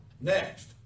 next